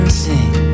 sing